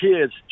kids